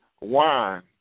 wine